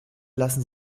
lassen